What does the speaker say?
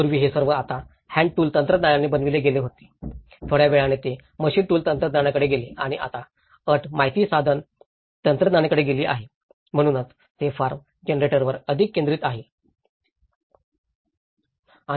पूर्वी हे सर्व आता हँड टूल तंत्रज्ञानाने बनविले गेले होते थोड्या वेळाने ते मशीन टूल तंत्रज्ञानाकडे गेले आणि आता अट माहिती साधन तंत्रज्ञानाकडे गेली आहे म्हणूनच ते फॉर्म जनरेशनवर अधिक केंद्रित आहे